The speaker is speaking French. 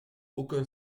aucun